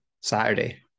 Saturday